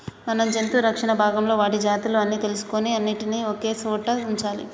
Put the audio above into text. మనం జంతు రక్షణ భాగంలో వాటి జాతులు అన్ని తెలుసుకొని అన్నిటినీ ఒకే సోట వుంచాలి